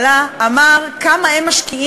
מאשר כמו סיכומי דיון של צוות